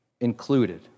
included